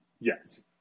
Yes